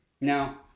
Now